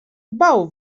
bał